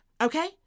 Okay